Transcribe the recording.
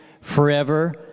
forever